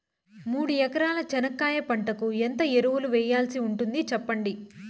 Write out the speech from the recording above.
మూడు ఎకరాల చెనక్కాయ పంటకు ఎంత ఎరువులు వేయాల్సి ఉంటుంది సెప్పండి?